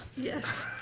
yes.